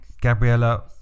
gabriella